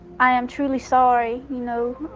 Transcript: i am truly sorry, you know?